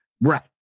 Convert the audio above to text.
Right